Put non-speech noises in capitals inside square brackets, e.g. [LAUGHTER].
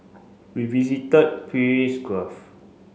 we visited [UNINTELLIGIBLE] Gulf